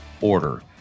order